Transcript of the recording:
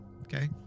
Okay